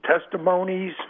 testimonies